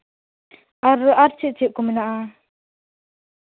ᱟᱨ ᱪᱮᱫ ᱪᱮᱫ ᱠᱚ ᱢᱮᱱᱟᱜᱼᱟ